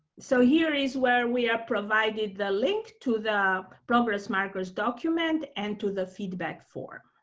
so here is where we are provided the link to the progress markers document and to the feedback form.